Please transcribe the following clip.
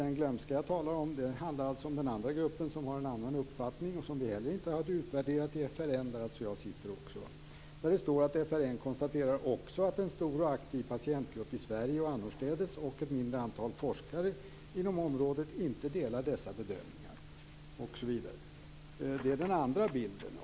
Den glömska jag talar om handlade om den andra gruppen som har en annan uppfattning och som vi inte heller hade utvärderat i FRN, där också jag sitter med. FRN konstaterar också att en stor och aktiv patientgrupp i Sverige och annorstädes och ett mindre antal forskare inom området inte delar dessa bedömningar. Det är den andra bilden.